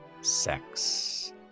sex